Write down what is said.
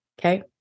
Okay